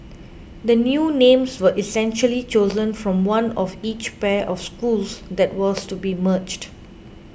the new names were essentially chosen from one of each pair of schools that was to be merged